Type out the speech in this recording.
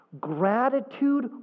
gratitude